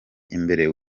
imbere